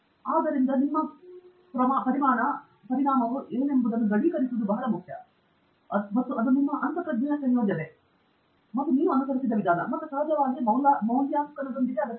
ಆದ್ದರಿಂದ ನಿಮ್ಮ ಪರಿಣಾಮವು ಏನೆಂಬುದನ್ನು ದೃಢೀಕರಿಸುವುದು ಬಹಳ ಮುಖ್ಯ ಮತ್ತು ಅದು ನಿಮ್ಮ ಅಂತಃಪ್ರಜ್ಞೆಯ ಸಂಯೋಜನೆ ಮತ್ತು ನೀವು ಅನುಸರಿಸಿದ ವಿಧಾನ ಮತ್ತು ಸಹಜವಾಗಿ ಊರ್ಜಿತಗೊಳಿಸುವಿಕೆಯೊಂದಿಗೆ ಅಗತ್ಯವಿದೆ